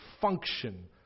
function